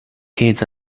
kids